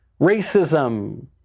racism